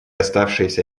оставшиеся